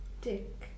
dick